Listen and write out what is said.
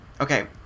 Okay